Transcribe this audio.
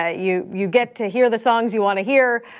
ah you you get to hear the songs you want to hear.